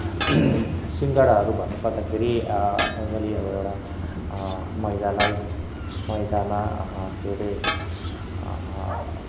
सिङ्गडाहरू भन्न पर्दाखेरि नर्मल्ली अब एउटा मैदालाई मैदामा के अरे